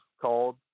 called